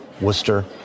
Worcester